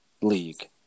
league